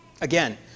Again